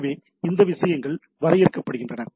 எனவே அந்த விஷயங்கள் வரையறுக்கப்படுகின்றன